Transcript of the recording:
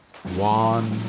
One